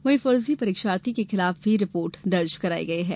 वहीं फर्जी परीक्षार्थी के खिलाफ भी रिपोर्ट दर्ज कराई गई है